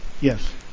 Yes